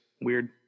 weird